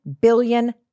billion